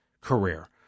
career